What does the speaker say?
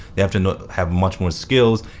they have to have much more skills,